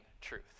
truth